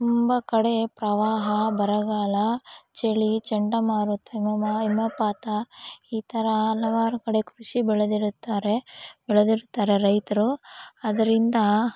ತುಂಬ ಕಡೆ ಪ್ರವಾಹ ಬರಗಾಲ ಚಳಿ ಚಂಡಮಾರುತ ಹಿಮಮ ಹಿಮಪಾತ ಈ ಥರ ಹಲವಾರು ಕಡೆ ಕೃಷಿ ಬೆಳೆದಿರುತ್ತಾರೆ ಬೆಳೆದಿರುತ್ತಾರೆ ರೈತರು ಅದರಿಂದ